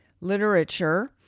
literature